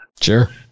Sure